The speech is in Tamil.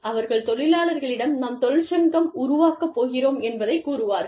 அவர்கள் தொழிலாளர்களிடம் நாம் தொழிற்சங்கம் உருவாக்கப் போகிறோம் என்பதைக் கூறுவார்கள்